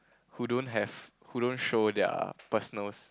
who don't have who don't show their personals